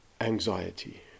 Anxiety